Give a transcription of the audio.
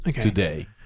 today